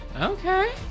Okay